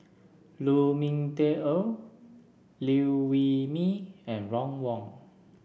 Lu Ming Teh Earl Liew Wee Mee and Ron Wong